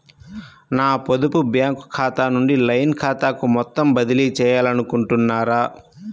నా పొదుపు బ్యాంకు ఖాతా నుంచి లైన్ ఖాతాకు మొత్తం బదిలీ చేయాలనుకుంటున్నారా?